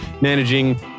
managing